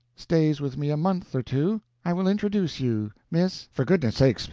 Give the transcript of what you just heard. stays with me a month or two. i will introduce you. miss for goodness' sake,